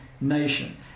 nation